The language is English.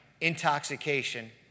intoxication